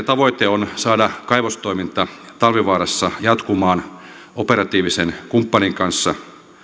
tavoite on saada kaivostoiminta talvivaarassa jatkumaan operatiivisen kumppanin kanssa